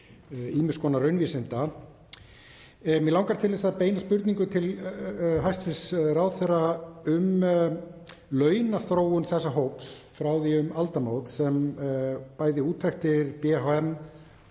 ýmiss konar raunvísinda. Mig langar til að beina spurningu til hæstv. ráðherra um launaþróun þessa hóps frá því um aldamót sem bæði úttektir BHM